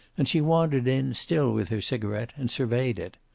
and she wandered in, still with her cigaret, and surveyed it.